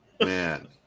Man